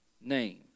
name